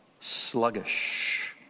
sluggish